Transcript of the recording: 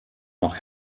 noch